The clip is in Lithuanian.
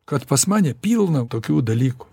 kad pas mane pilna tokių dalykų